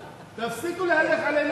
תפסיקו להלך עלינו אימים.